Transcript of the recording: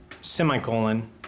semicolon